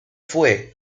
fue